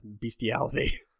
bestiality